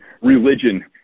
religion